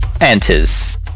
enters